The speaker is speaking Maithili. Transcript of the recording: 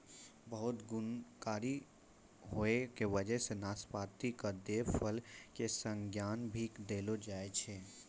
बहुत गुणकारी होय के वजह सॅ नाशपाती कॅ देव फल के संज्ञा भी देलो गेलो छै